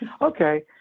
Okay